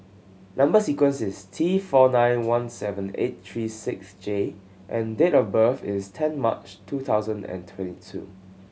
number sequence is T four nine one seven eight three six J and date of birth is ten March two thousand and twenty two